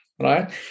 right